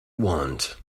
want